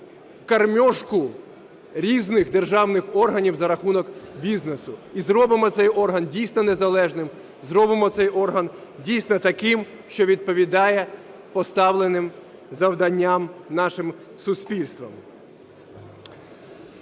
"кормежку" різних державних органів за рахунок бізнесу, і зробимо цей орган дійсно незалежним, зробимо цей орган дійсно таким, що відповідає поставленим завданням нашим суспільством.